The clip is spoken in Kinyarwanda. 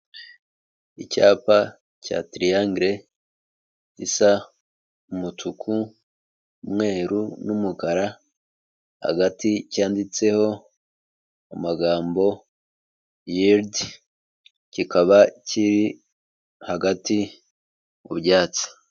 Icyapa cya tiriyangere gisa umutuku, umweru n'umukara, hagati cyanditseho amagambo Yeridi, kikaba kiri hagati mu byatsi.